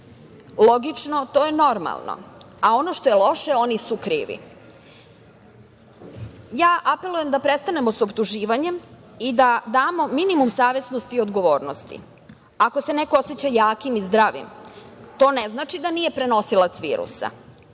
logično, to je normalno, a ono što je loše oni su krivi. Ja apelujem da prestanemo s optuživanjem i da damo minimum savesnosti i odgovornosti. Ako se neko oseća jakim i zdravim, to ne znači da nije prenosilac virusa,